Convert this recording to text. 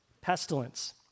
pestilence